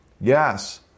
yes